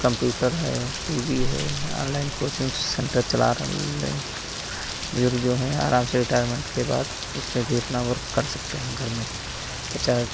computer है T V है online coaching centre चला रहे बुजुर्ग जो हैं आराम से रिटायरमेन्ट के बाद उसपे भी अपना वर्क कर सकते हैं घर में फिर चाहे